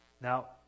Now